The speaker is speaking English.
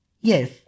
Yes